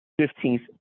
Fifteenth